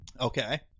okay